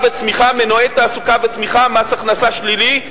מנועי תעסוקה וצמיחה, מס הכנסה שלילי,